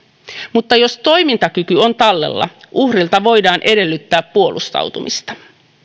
mutta jos toimintakyky on tallella uhrilta voidaan edellyttää puolustautumista